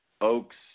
Oaks